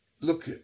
Look